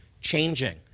changing